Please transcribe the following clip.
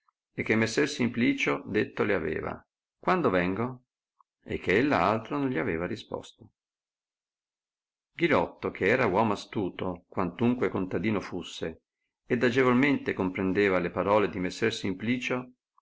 e che messer simplicio detto le aveva quando vengo e che ella altro non gli aveva risposo ghirotto che era uomo astuto quantunque contadino fusse ed agevolmente comprendeva le parole di messer simplicio